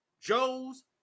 Joes